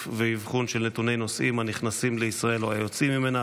ואבחון של נתוני נוסעים הנכנסים לישראל או היוצאים ממנה,